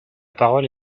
parole